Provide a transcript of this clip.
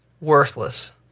worthless